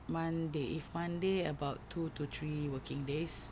Monday if Monday about two to three working days